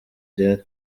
gihari